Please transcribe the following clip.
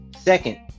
second